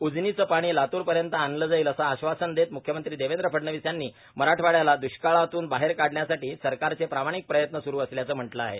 उजनीचे पाणी लातूरपर्यंत आणले जाईल असं आश्वासन देत मुख्यमंत्री देवेंद्र फडणवीस यांनी मराठवाड्याला द्वष्काळातून बाहेर काढण्यासाठी सरकारचे प्रामाणिक प्रयत्न सुरू असल्याचं म्हटलं आहे